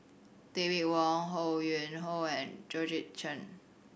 David Wong Ho Yuen Hoe and Georgette Chen